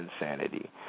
insanity